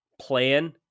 plan